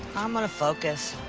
i'm gonna focus.